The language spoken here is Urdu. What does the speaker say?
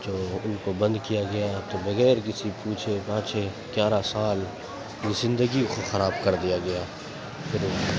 جو ان کو بند کیا گیا تو بغیر کسی پوچھے پاچھے گیارہ سال کی زندگی کو خراب کر دیا گیا پھر